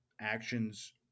actions